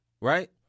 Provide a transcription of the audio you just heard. Right